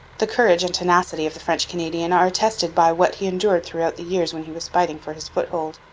the courage and tenacity of the french canadian are attested by what he endured throughout the years when he was fighting for his foothold.